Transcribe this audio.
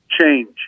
change